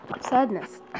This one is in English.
sadness